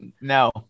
No